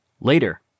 Later